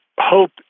hope